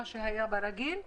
מה שהיה ברגיל,